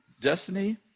destiny